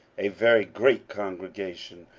a very great congregation,